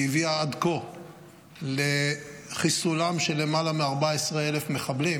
שהביאה עד כה לחיסולם של למעלה מ-14,000 מחבלים,